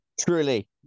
Truly